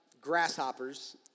grasshoppers